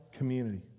community